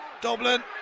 Dublin